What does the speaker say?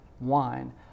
wine